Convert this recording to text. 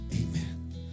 amen